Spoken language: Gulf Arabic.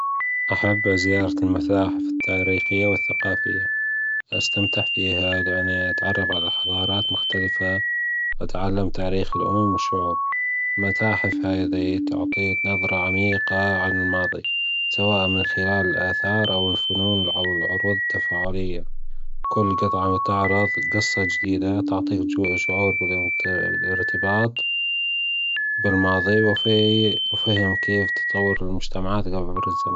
احب زيارة المتاحف التاريخية والثقافية واستمتع فيها لانى أتعرف على حضارات مختلفه وتعلم تاريخ الامم > المتاحف هذة تعطيق نظرة عميقة عن الماضى سواء من خلال الاثار أو الفنون اوالعروض التفاعليه كل قطعه تعرض قصة جديدة تعطيق شعور بال بالارتباط بالماضى وف وفهم كيف تطور المجتمعات قبل مر الزمن